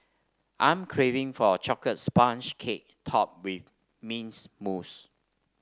I am craving for a chocolate sponge cake topped with mints mousse